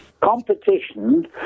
competition